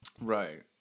Right